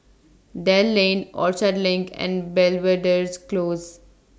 Dell Lane Orchard LINK and Belvedere Close